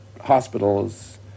hospitals